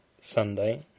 Sunday